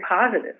positive